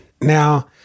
Now